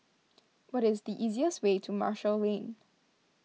what is the easiest way to Marshall Lane